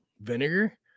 vinegar